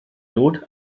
dod